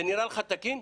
זה נראה לך תקין?